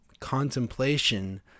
contemplation